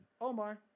omar